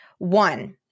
One